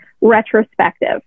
retrospective